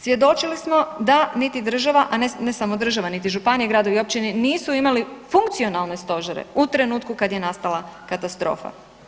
Svjedočili smo da niti država, a ne samo država niti županije, gradovi i općine nisu imali funkcionalne stožere u trenutku kad je nastala katastrofa.